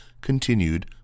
continued